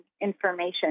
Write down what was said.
information